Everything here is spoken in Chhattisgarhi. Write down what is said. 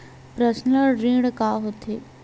पर्सनल ऋण का होथे?